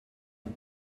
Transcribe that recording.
cun